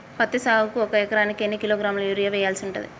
పత్తి సాగుకు ఒక ఎకరానికి ఎన్ని కిలోగ్రాముల యూరియా వెయ్యాల్సి ఉంటది?